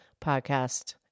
podcast